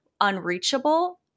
unreachable